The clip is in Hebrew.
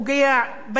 בשקט,